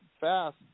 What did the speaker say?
fast